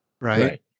right